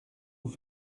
vous